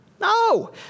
No